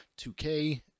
2K